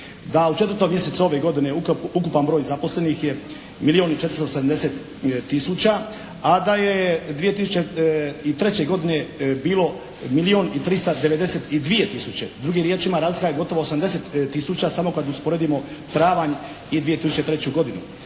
Da u 4. mjesecu ove godine ukupan broj zaposlenih je milijun i 470 tisuća, a da je 2003. godine bilo milijun i 392 tisuće. Drugim riječima razlika je gotovo 80 tisuća samo kad usporedimo travanj i 2003. godinu.